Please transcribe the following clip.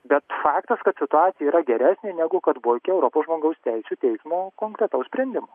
bet faktas kad situacija yra geresnė negu kad buvo iki europos žmogaus teisių teismo konkretaus sprendimo